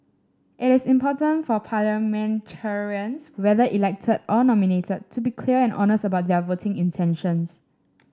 it is important for parliamentarians whether elected or nominated to be clear and honest about their voting intentions